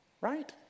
Right